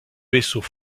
vaisseaux